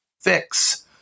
fix